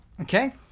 okay